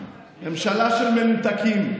ממשלה של מנותקים.